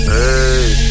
Hey